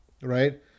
right